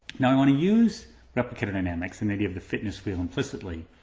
now, i'm going to use replicator dynamics and maybe of the fitness field implicitly,